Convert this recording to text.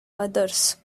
others